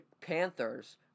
Panthers